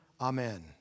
Amen